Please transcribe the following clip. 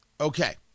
Okay